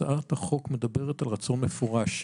הצעת החוק מדברת על רצון מפורש,